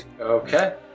Okay